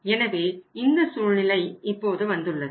எனவே இந்த சூழ்நிலை இப்போது வந்துள்ளது